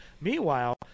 Meanwhile